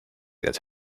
that